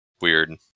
weird